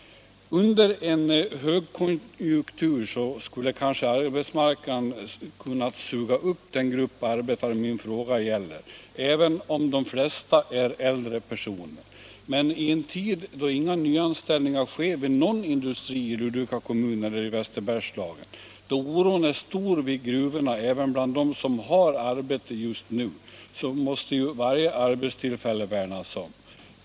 Under en högkonjunktur skulle arbetsmarknaden kanske ha kunnat suga upp den grupp arbetare min fråga gäller, även om de flesta är äldre personer, men i en tid då inga nyanställningar sker vid någon industri i Ludvika kommun eller i Västerbergslagen och då oron är stor vid gruvorna även bland dem som har arbete just nu, måste varje arbetstillfälle värnas om.